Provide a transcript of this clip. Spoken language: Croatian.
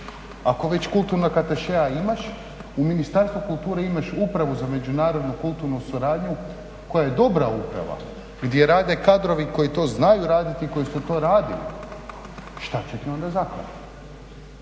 Ako već kulturnog atašea imaš, u Ministarstvu kulture imaš Uprava za međunarodnu kulturnu suradnju koja je dobra uprava gdje rade kadrovi koji to znaju raditi i koji su to radili. Šta će ti onda zaklada?